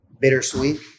bittersweet